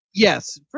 Yes